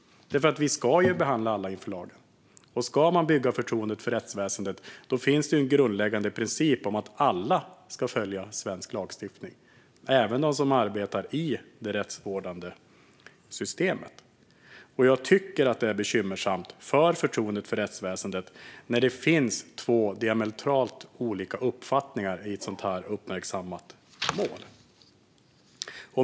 Vi ska ju behandla alla lika inför lagen. Ska man bygga förtroende för rättsväsendet finns det en grundläggande princip om att alla ska följa svensk lagstiftning, även de som arbetar i det rättsvårdande systemet. Jag tycker att det är bekymmersamt för förtroendet för rättsväsendet att det finns två diametralt olika uppfattningar i ett uppmärksammat mål.